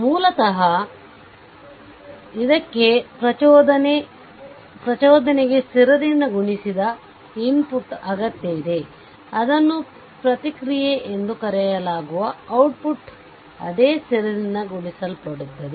ಮೂಲತಃ ಇದಕ್ಕೆ ಪ್ರಚೋದನೆಗೆ ಸ್ಥಿರದಿಂದconstant ಗುಣಿಸಿದ ಇನ್ಪುಟ್ ಅಗತ್ಯ ಇದೆ ಅದನ್ನು ಪ್ರತಿಕ್ರಿಯೆ ಎಂದು ಕರೆಯಲಾಗುವ ಔಟ್ಪುಟ್ ಅದೇ ಸ್ಥಿರದಿಂದ ಗುಣಿಸಲ್ಪಡುತ್ತದೆ